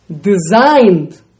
designed